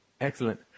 Excellent